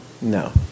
No